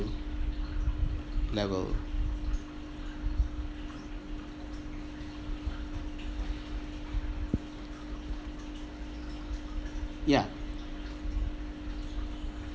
to level ya